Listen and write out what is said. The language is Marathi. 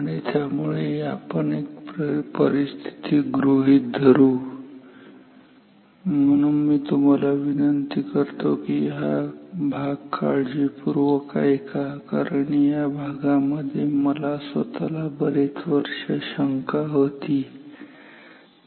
आणि त्यामुळे आपण एक परिस्थिती गृहीत धरू आणि त्यामुळे मी तुम्हाला विनंती करतो की हा भाग काळजीपूर्वक ऐका कारण या भागामध्ये मला स्वतःला बरेच वर्ष शंका होती ठीक आहे